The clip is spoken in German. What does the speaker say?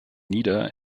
nida